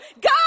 God